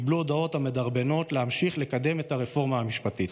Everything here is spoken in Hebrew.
קיבלו הודעות שמדרבנות להמשיך לקדם את הרפורמה המשפטית.